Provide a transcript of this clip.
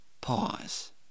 pause